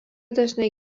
dažnai